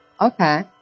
okay